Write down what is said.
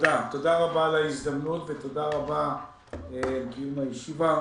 תודה רבה על ההזדמנות ותודה רבה על קיום הישיבה.